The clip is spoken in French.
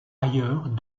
ailleurs